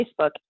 Facebook